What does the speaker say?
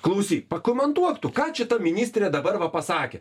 klausyk pakomentuok tu ką čia ta ministrė dabar va pasakė